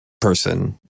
person